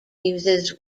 uses